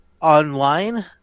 online